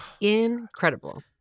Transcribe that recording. incredible